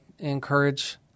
Encourage